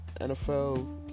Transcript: nfl